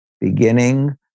beginning